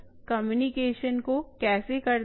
यह इस कम्युनिकेशन को कैसे करता है